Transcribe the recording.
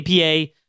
APA